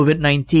COVID-19